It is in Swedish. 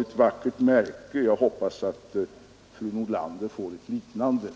ett vackert märke. Jag hoppas att fru Nordlander får ett liknande.